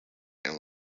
and